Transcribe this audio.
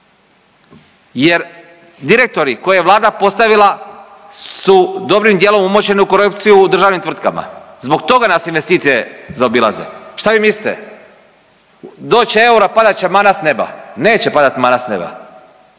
jer direktori koje je vlada postavila su dobrim dijelom umočeni u korupciju u državnim tvrtkama zbog toga nas investicije zaobilaze. Šta vi mislite, doć će euro, a pada će mana s neba? Neće padat mana s neba.